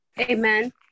Amen